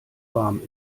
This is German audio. warm